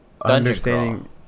understanding